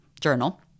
journal